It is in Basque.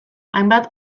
hainbat